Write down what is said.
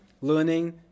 learning